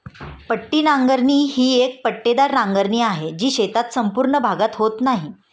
पट्टी नांगरणी ही एक पट्टेदार नांगरणी आहे, जी शेताचा संपूर्ण भागात होत नाही